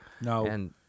No